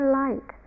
light